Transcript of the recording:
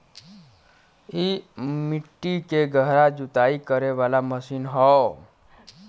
इ मट्टी के गहरा जुताई करे वाला मशीन हौ